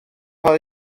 cael